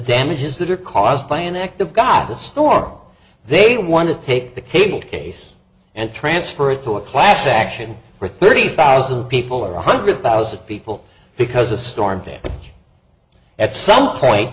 damages that are caused by an act of god the storm they want to take the cable case and transfer it to a class action for thirty thousand people or one hundred thousand people because of storm damage at some point